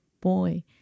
boy